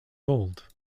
bold